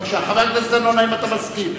חבר הכנסת דנון, האם אתה מסכים?